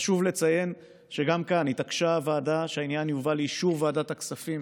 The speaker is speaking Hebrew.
חשוב לציין שגם כאן התעקשה הוועדה שהעניין יובא לאישור ועדת הכספים,